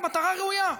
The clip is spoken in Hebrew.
מטרה ראויה,